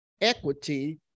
equity